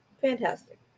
fantastic